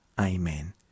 Amen